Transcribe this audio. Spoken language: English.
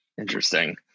Interesting